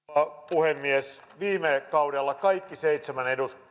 puhemies viime kaudella kaikki